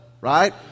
right